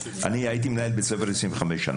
אני הייתי מנהל בית ספר 25 שנה.